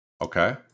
okay